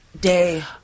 Day